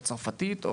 או צרפתית,